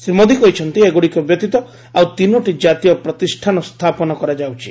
ଶ୍ରୀ ମୋଦୀ କହିଛନ୍ତି ଏଗୁଡ଼ିକ ବ୍ୟତୀତ ଆଉ ତିନୋଟି ଜାତୀୟ ପ୍ରତିଷ୍ଠାନ ସ୍ଥାପନ କରାଯାଉଛି